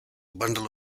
bundle